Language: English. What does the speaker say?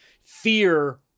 Fear